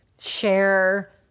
share